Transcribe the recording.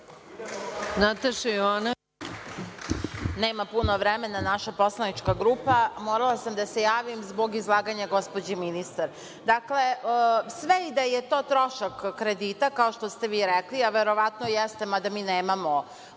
**Nataša Jovanović** Nema puno vremena naša poslanička grupa. Morala sam da se javim zbog izlaganja gospođe ministar. Dakle, sve i da je to trošak kredita, kao što ste vi rekli, a verovatno jeste, mada mi nemamo